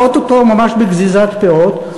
ואו-טו-טו ממש בגזיזת פאות.